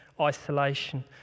isolation